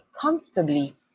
comfortably